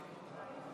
ארבעה,